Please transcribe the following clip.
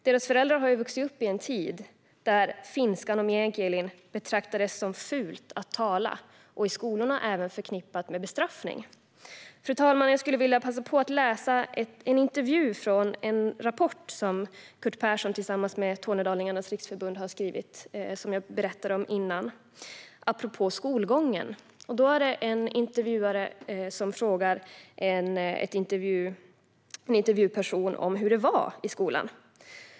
Deras föräldrar hade ju vuxit upp i en tid där finska och meänkieli betraktades som fult och i skolorna också var förknippat med bestraffning. Jag skulle vilja läsa upp en intervju från en rapport som Curt Persson tillsammans med Svenska Tornedalingars Riksförbund har skrivit, apropå skolgången. Intervjuaren frågar en person om hur det var i skolan.